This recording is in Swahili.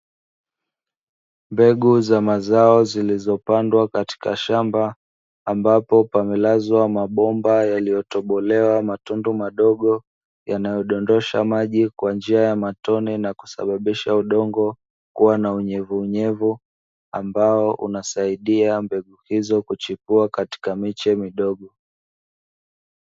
Mbegu za mazao zilizopandwa katika shamba ambapo pamelazwa mabomba yaliyotobolewa matundu madogo, yanayodondosha maji kwa njia ya matone na kusababisha udongo kuwa na unyevuunyevu, ambao unasaidia mbegu hizo kuchipua katika miche midogo.